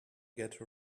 get